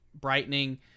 brightening